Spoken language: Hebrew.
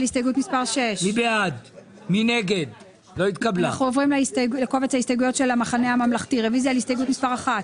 אם תסתכלו על כל ההסתייגויות, הן